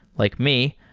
like me,